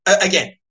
again